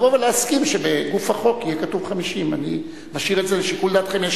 לבוא ולהסכים שבגוף החוק יהיה כתוב 50. אני משאיר את זה לשיקול דעתכם.